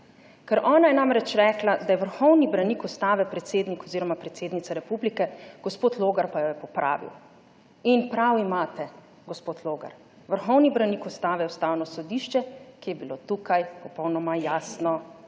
Ona je namreč rekla, da je vrhovni branik Ustave predsednik oziroma predsednica republike, gospod Logar pa jo je popravil. In prav imate, gospod Logar, vrhovni branik Ustave je Ustavno sodišče, ki je bilo tukaj popolnoma jasno.